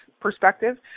perspective